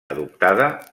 adoptada